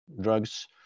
drugs